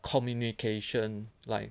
communication like